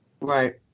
Right